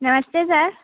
नमस्ते सर